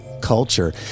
culture